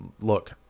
look